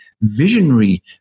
visionary